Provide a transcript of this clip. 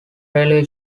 railway